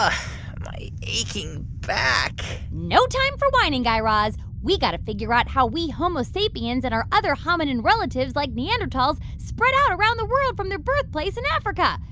ah my aching back. no time for whining, guy raz. we got to figure out how we homo sapiens and our other hominid relatives like neanderthals spread out around the world from their birthplace in africa.